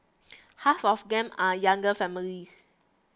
half of them are younger families